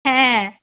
হ্যাঁ